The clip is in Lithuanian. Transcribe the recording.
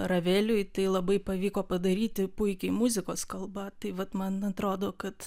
raveliui tai labai pavyko padaryti puikiai muzikos kalba tai vat man atrodo kad